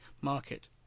market